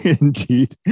Indeed